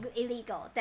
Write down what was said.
illegal